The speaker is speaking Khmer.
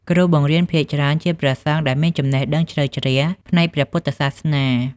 គ្រូបង្រៀនភាគច្រើនជាព្រះសង្ឃដែលមានចំណេះដឹងជ្រៅជ្រះផ្នែកពុទ្ធសាសនា។